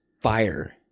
fire